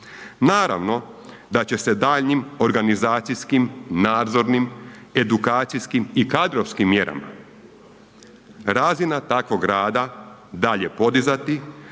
Naravno da će se daljnjim organizacijskim, nadzornim, edukacijskim i kadrovskim mjerama razina takvog rada dalje podizati